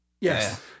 Yes